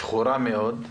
שחורה מאוד,